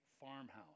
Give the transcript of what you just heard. farmhouse